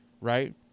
Right